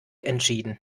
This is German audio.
entschieden